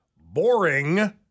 boring